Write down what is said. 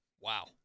Wow